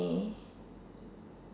she